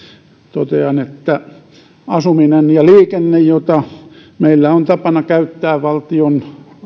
totean että asuminen ja liikenne joita meillä on tapana käyttää valtion